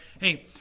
Hey